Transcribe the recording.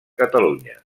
catalunya